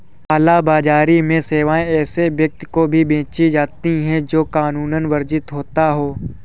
काला बाजारी में सेवाएं ऐसे व्यक्ति को भी बेची जाती है, जो कानूनन वर्जित होता हो